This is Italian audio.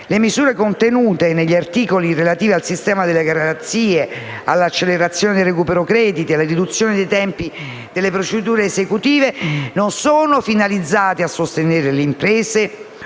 le misure contenute negli articoli relativi al sistema delle garanzie, all'accelerazione del recupero crediti e alla riduzione dei tempi delle procedure esecutive, non sono finalizzate a sostenere le imprese